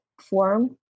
form